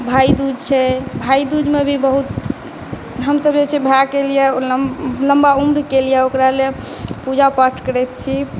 भाइदूज छै भाइदूजमे भी बहुत हमसब जे छै भाइकेलिए लम्बा उम्रकेलिए ओकरालए पूजा पाठ करैत छी